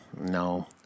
no